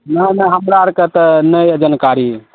नहि नहि हमरा आरके तऽ नहि यऽ जानकारी